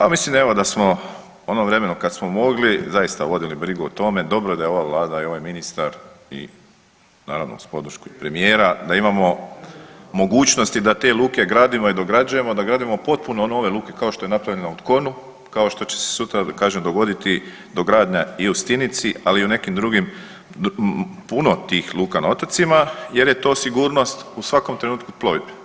Pa mislim evo da smo u onom vremenu kad smo mogli zaista vodili brigu o tome, dobro je da je ova vlada i ovaj ministar i naravno uz podršku premijera da imamo mogućnosti da te luke gradimo i dograđujemo, da gradimo potpuno nove luke kao što je napravljeno u Tkonu, kao što će se sutra kažem dogoditi kažem dogradnja i u Stinici, ali i u nekim drugim, puno tih luka na otocima jer je to sigurnost u svakom trenutku plovidbe.